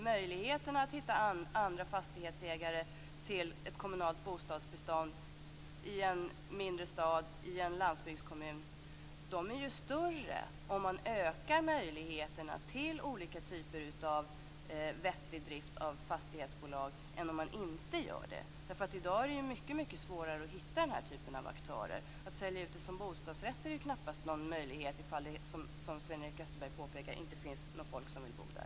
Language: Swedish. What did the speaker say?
Möjligheterna att hitta andra fastighetsägare till ett kommunalt bostadsbestånd i en mindre stad i en landsbygdskommun är större om man ökar möjligheterna till olika typer av vettig drift av fastighetsbolag än om man inte gör det. I dag är det mycket svårare att hitta denna typ av aktörer. Att sälja ut fastigheterna som bostadsrätter är knappast någon möjlighet om det, som Sven-Erik Österberg påpekar, inte finns folk som vill bo där.